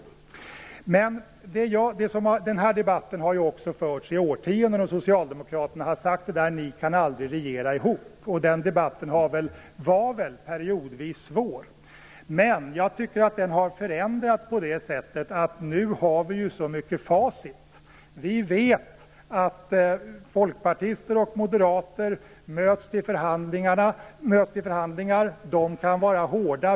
Den här debatten har förts i årtionden. Socialdemokraterna har sagt: Ni kan aldrig regera ihop. Den debatten var väl periodvis svår. Men jag tycker att den har förändrats på det sättet att vi nu mycket har facit. Vi vet att folkpartister och moderater möts i förhandlingar, vilka kan vara hårda.